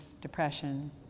depression